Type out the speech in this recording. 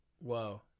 whoa